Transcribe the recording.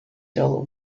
dollar